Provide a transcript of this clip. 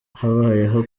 habayeho